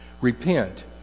Repent